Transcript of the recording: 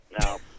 no